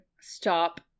stop